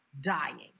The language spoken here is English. dying